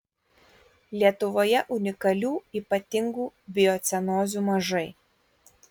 lietuvoje unikalių ypatingų biocenozių mažai